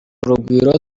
urugwiro